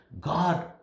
god